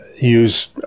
use